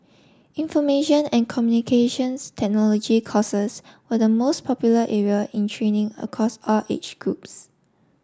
information and Communications Technology courses were the most popular area in training across all age groups